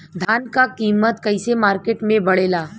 धान क कीमत कईसे मार्केट में बड़ेला?